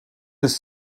bis